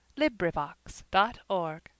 Librivox.org